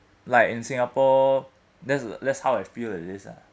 like in singapore that's that's how I feel at least ah